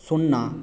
शुन्ना